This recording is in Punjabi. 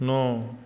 ਨੌਂ